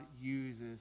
uses